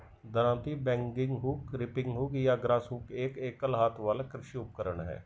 दरांती, bagging hook, reaping hook या grass hook एक एकल हाथ वाला कृषि उपकरण है